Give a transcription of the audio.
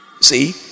See